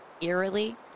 Eerily